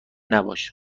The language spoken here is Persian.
نباش